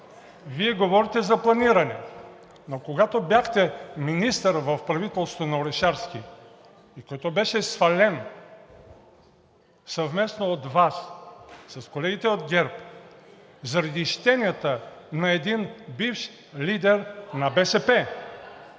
Вие говорите за планиране, но когато бяхте министър в правителството на Орешарски, който беше свален съвместно от Вас с колегите от ГЕРБ, заради щенията на един бивш лидер на БСП